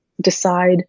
decide